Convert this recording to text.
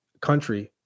country